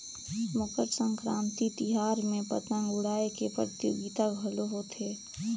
मकर संकरांति तिहार में पतंग उड़ाए के परतियोगिता घलो होथे